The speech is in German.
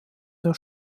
der